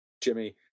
Jimmy